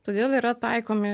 todėl yra taikomi